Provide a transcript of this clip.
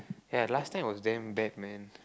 ya last time was damn bad man